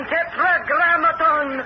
Tetragrammaton